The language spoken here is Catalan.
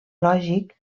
lògic